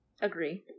Agree